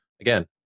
again